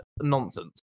nonsense